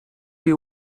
you